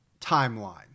timeline